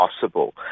possible